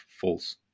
false